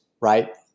right